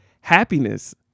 happiness